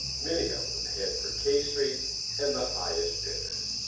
many of them head for k street and the highest bidder.